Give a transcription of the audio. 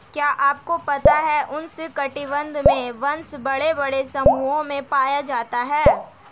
क्या आपको पता है उष्ण कटिबंध में बाँस बड़े बड़े समूहों में पाया जाता है?